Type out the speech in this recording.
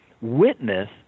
witness